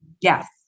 Yes